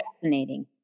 fascinating